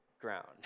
ground